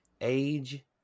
age